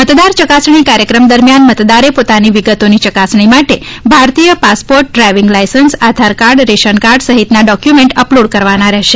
મતદાર ચકાસણી કાર્યક્રમ દરમિયાન મતદારે પોતાની વિગતોની ચકાસણી માટે ભારતીય passport driving licence Aadhaar card ration card સહિતના ડોકયુમેન્ટ અપલોડ કરવાના રહેશે